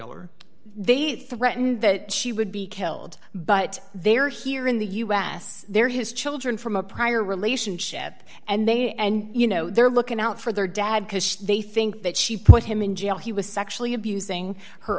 or they threatened that she would be killed but they're here in the u s they're his children from a prior relationship and they and you know they're looking out for their dad because they think that she put him in jail he was sexually abusing her